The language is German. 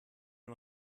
ihr